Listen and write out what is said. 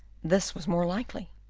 this was more likely.